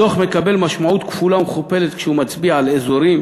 הדוח מקבל משמעות כפולה ומכופלת כשהוא מצביע על אזורים